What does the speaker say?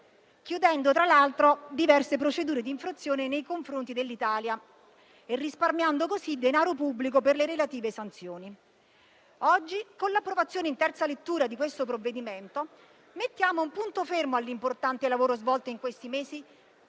chiudendo tra l'altro diverse procedure di infrazione nei confronti dell'Italia e risparmiando così denaro pubblico per le relative sanzioni. Oggi, con l'approvazione in terza lettura di questo provvedimento, mettiamo un punto fermo all'importante lavoro svolto in questi mesi